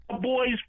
boy's